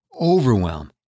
overwhelm